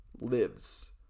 lives